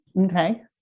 Okay